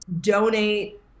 donate